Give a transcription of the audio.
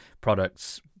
products